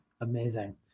amazing